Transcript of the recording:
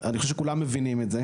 אני חושב שכולם מבינים את זה.